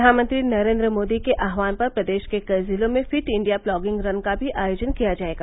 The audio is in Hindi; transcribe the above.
प्रधानमंत्री नरेन्द्र मोदी के आह्वान पर प्रदेश के कई जिलों में फिट इण्डिया प्लॉगिंग रन का भी आयोजन किया जायेगा